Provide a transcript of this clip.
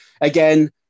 again